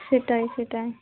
সেটাই সেটাই